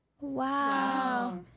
Wow